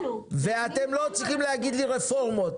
ואתם לא צריכים להגיד לי רפורמות.